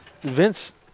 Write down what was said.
Vince